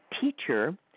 teacher